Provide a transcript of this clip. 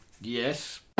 yes